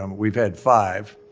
um we've had five.